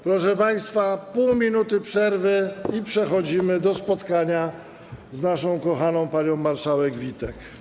Proszę państwa, pół minuty przerwy i przechodzimy do spotkania z naszą kochaną panią marszałek Witek.